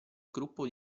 gruppo